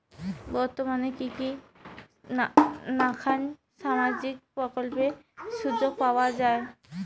বর্তমানে কি কি নাখান সামাজিক প্রকল্পের সুযোগ পাওয়া যায়?